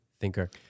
Thinker